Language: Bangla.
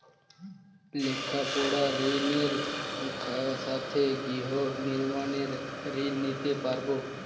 লেখাপড়ার ঋণের সাথে গৃহ নির্মাণের ঋণ নিতে পারব?